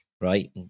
right